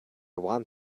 want